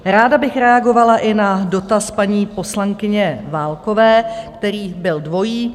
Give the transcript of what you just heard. Ráda bych reagovala i na dotaz paní poslankyně Válkové, který byl dvojí.